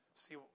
See